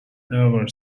ever